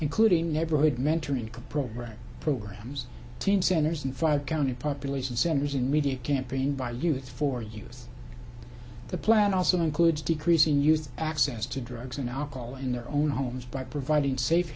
including neighborhood mentoring programs programs team centers and five county population centers in media campaign by youth for use the plan also includes decreasing youth access to drugs and alcohol in their own homes by providing safe